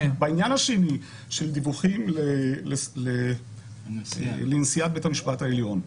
בעניין השני, של דיווחים לנשיאת בית המשפט העליון.